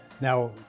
Now